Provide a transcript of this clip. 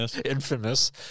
Infamous